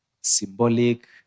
Symbolic